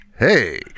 Hey